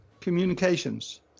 communications